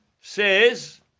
says